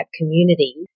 community